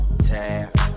Tab